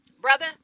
Brother